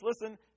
listen